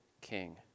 King